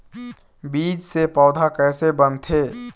बीज से पौधा कैसे बनथे?